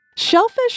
Shellfish